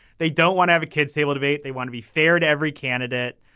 they don't want to have a kids table debate. they want to be fair to every candidate.